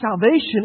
Salvation